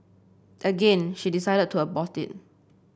again she decided to abort it